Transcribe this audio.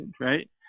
right